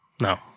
No